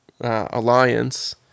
Alliance